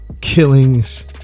killings